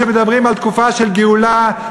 שמדברים על תקופה של גאולה,